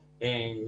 העבודה.